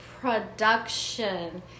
production